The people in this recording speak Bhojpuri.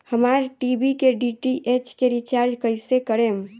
हमार टी.वी के डी.टी.एच के रीचार्ज कईसे करेम?